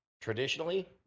traditionally